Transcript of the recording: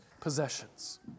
possessions